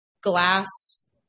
glass